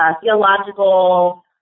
theological